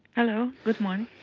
hello, good morning.